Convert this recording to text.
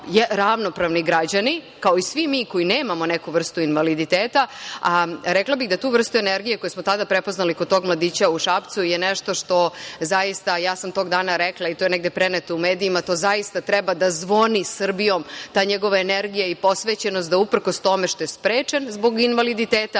ravnopravni građani, kao i svi mi koji nemamo neku vrstu invaliditeta, a rekla bih da tu vrstu energije koju smo tada prepoznali kod tog mladića u Šapcu je nešto što zaista, ja sam tog dana rekla i to je negde preneto u medijima, to zaista treba da zvoni Srbijom, ta njegova energija i posvećenost, da uprkos tome što je sprečen zbog invaliditeta,